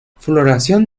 floración